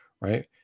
right